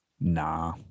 Nah